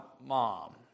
mom